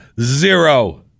zero